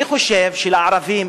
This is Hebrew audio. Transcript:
אני חושב שלערבים,